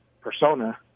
persona